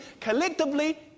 collectively